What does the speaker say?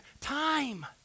time